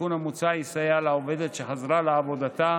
התיקון המוצע יסייע לעובדת שחזרה לעבודתה